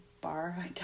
bar